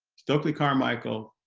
stokely carmichael,